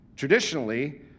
Traditionally